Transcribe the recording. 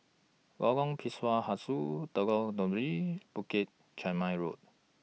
Lorong Pisang Hijau Lengkong Tujuh Bukit Chermin Road